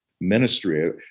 ministry